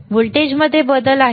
व्होल्टेजमध्ये बदल आहे